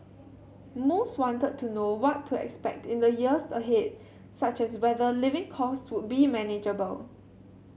most wanted to know what to expect in the years ahead such as whether living costs would be manageable